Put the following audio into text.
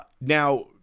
Now